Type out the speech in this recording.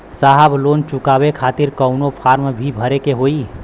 साहब लोन चुकावे खातिर कवनो फार्म भी भरे के होइ?